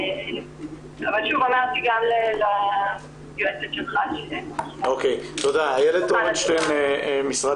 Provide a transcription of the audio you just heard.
והוא מוכר לרווחה, הרווחה לא חייבת בדיווח למשרד